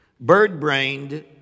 Bird-brained